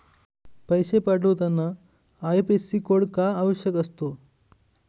पैसे पाठवताना IFSC code का आवश्यक असतो?